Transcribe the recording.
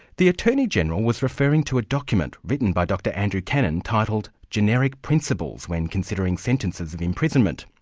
the attorney-general was referring to a document written by dr andrew cannon titled generic principles when considering sentences of imprisonment.